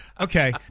Okay